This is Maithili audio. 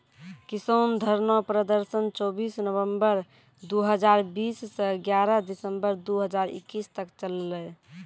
किसान धरना प्रदर्शन चौबीस नवंबर दु हजार बीस स ग्यारह दिसंबर दू हजार इक्कीस तक चललै